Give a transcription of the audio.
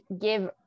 give